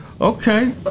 Okay